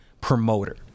promoter